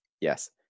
Yes